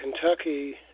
Kentucky